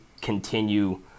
continue